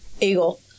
Eagle